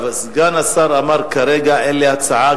סגן השר אמר: כרגע אין לי הצעה,